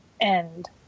end